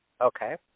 Okay